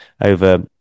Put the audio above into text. over